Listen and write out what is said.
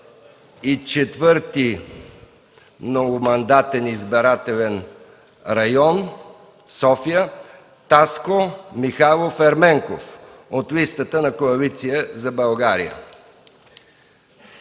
в 24. многомандатен избирателен район – София, Таско Михайлов Ерменков от листата на Коалиция за България.”